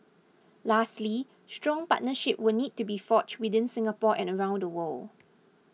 lastly strong partnerships will need to be forged within Singapore and around the world